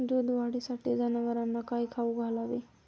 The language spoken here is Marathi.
दूध वाढीसाठी जनावरांना काय खाऊ घालावे?